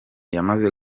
yamaze